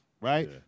right